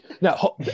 Now